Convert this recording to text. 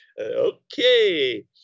okay